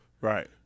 Right